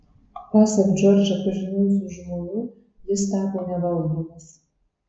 pasak džordžą pažinojusių žmonių jis tapo nevaldomas